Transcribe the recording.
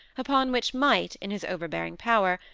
upon which might, in his overbearing power,